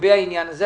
לגבי העניין הזה.